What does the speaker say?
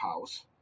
house